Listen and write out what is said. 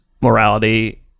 morality